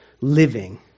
living